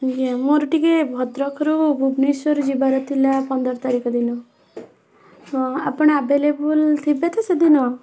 ଆଜ୍ଞା ମୋର ଟିକେ ଭଦ୍ରକରୁ ଭୁବନେଶ୍ୱର ଯିବାର ଥିଲା ପନ୍ଦର ତାରିଖ ଦିନ ହଁ ଆପଣ ଆଭେଲେବୁଲ୍ ଥିବେ ତ ସେ ଦିନ